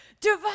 Divide